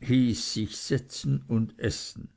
hieß sich setzen und essen